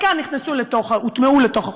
חלקן הוטמעו בתוך החוק,